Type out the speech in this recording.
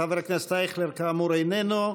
חבר הכנסת אייכלר, כאמור, איננו.